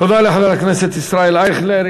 תודה לחבר הכנסת ישראל אייכלר.